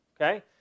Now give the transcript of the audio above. okay